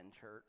church